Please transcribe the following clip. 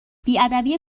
بیادبی